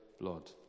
blood